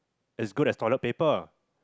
is good as toilet paper ah